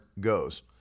goes